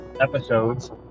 episodes